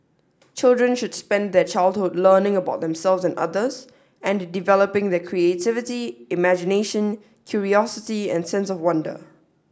children should spend their childhood learning about themselves and others and developing their creativity imagination curiosity and sense of wonder